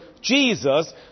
Jesus